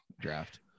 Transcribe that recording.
draft